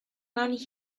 around